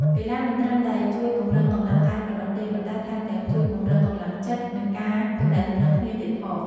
កីឡាមិនត្រឹមតែជួយពង្រឹងកម្លាំងកាយប៉ុណ្ណោះទេ ប៉ុន្តែថែមទាំងជួយ ពង្រឹងកម្លាំងចិត្ត និងការទំនាក់ទំនងគ្នាទៀតផង។